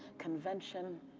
convention.